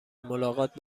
ملاقات